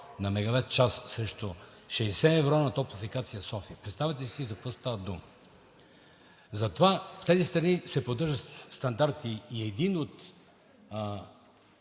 на мегаватчас срещу 60 евро на Топлофикация „София“. Представяте ли си за какво става дума? Затова в тези страни се поддържа стандарт и един от